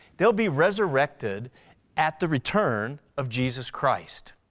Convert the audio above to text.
they'll be resurrected at the return of jesus christ.